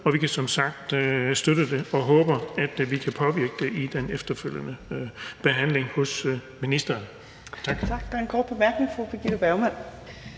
som sagt støtte det og håber, at vi kan påvirke det i den efterfølgende behandling hos ministeren.